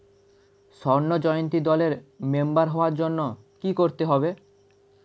স্বর্ণ জয়ন্তী দলের মেম্বার হওয়ার জন্য কি করতে হবে?